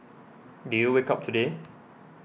did you wake up today